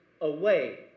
away